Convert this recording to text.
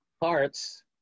parts